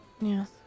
Yes